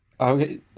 Okay